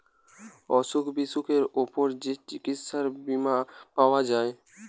অসুখ বিসুখের উপর যে চিকিৎসার বীমা পাওয়া যায়